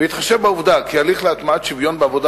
"בהתחשב בעובדה כי הליך להטמעת שוויון בעבודה